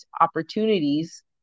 opportunities